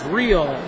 real